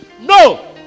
No